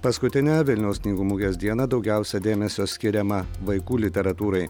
paskutinę vilniaus knygų mugės dieną daugiausiai dėmesio skiriama vaikų literatūrai